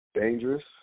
Dangerous